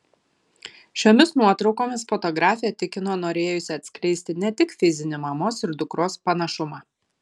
šiomis nuotraukomis fotografė tikino norėjusi atskleisti ne tik fizinį mamos ir dukros panašumą